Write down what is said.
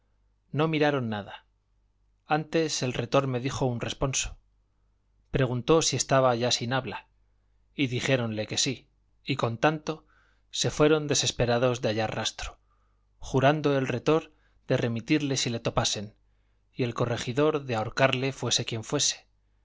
no miraron nada antes el retor me dijo un responso preguntó si estaba ya sin habla y dijéronle que sí y con tanto se fueron desesperados de hallar rastro jurando el retor de remitirle si le topasen y el corregidor de ahorcarle fuese quien fuese